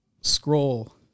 scroll